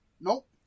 Nope